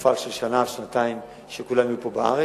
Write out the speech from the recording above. שבתקופה של שנה עד שנתיים כולם יהיו פה בארץ.